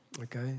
Okay